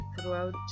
throughout